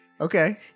Okay